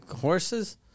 horses